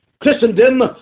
christendom